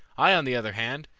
i, on the other hand,